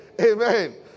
Amen